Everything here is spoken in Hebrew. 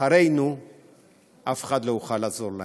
אחרינו אף אחד לא יוכל לעזור להם.